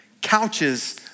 Couches